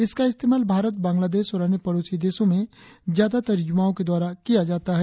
इसका इस्तेमाल भारत बांग्लादेश और अन्य पड़ोसी देशों में ज्यादातर युवाओं के द्वारा किया जाता है